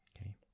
okay